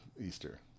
Easter